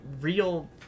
real